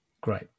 Great